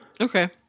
Okay